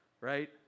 right